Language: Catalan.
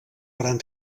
gran